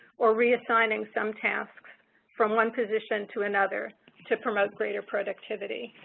or reassigning some tasks from one position to another to promote greater productivity.